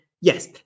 Yes